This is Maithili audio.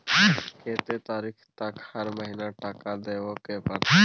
कत्ते तारीख तक हर महीना टका देबै के परतै?